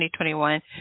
2021